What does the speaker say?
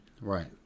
right